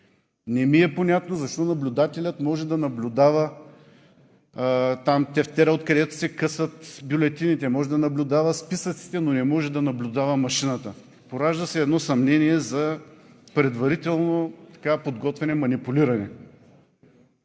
Не ми е понятно защо наблюдателят може да наблюдава тефтера, откъдето се късат бюлетините, може да наблюдава списъците, но не може да наблюдава машината. Поражда се едно съмнение за предварително подготвено манипулиране.